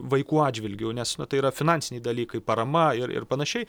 vaikų atžvilgiu nes tai yra finansiniai dalykai parama ir ir panašiai